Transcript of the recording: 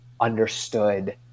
understood